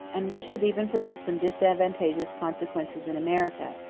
and which has even produced some disadvantageous consequences in america.